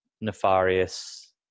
nefarious